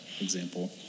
example